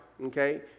okay